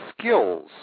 skills